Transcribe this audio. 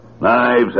Knives